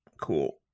cool